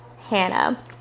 Hannah